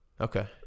Okay